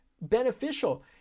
beneficial